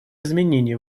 изменений